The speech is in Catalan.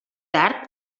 tard